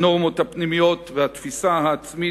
הנורמות הפנימיות והתפיסה העצמית,